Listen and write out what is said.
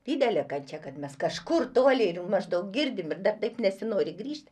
didelė kančia kad mes kažkur tolėliau maždaug girdime ir dar taip nesinori grįžt